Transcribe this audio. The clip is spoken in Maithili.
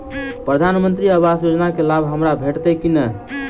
प्रधानमंत्री आवास योजना केँ लाभ हमरा भेटतय की नहि?